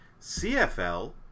CFL